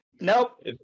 Nope